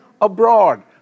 abroad